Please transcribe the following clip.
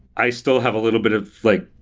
i still have a little bit of like